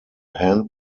hand